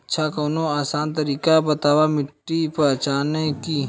अच्छा कवनो आसान तरीका बतावा मिट्टी पहचाने की?